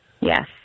Yes